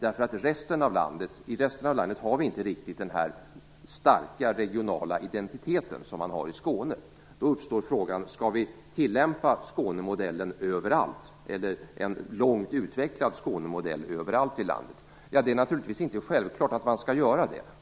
I resten av landet har vi inte riktigt den starka regionala identitet som man har i Skåne. Då uppstår frågan om vi skall tillämpa en långt utvecklad Skånemodell överallt i landet. Det är naturligtvis inte självklart att man skall göra det.